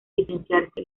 licenciarse